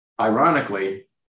ironically